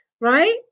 right